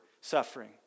suffering